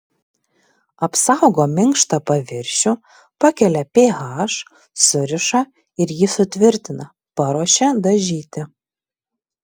apsaugo minkštą paviršių pakelia ph suriša ir jį sutvirtina paruošia dažyti